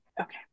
Okay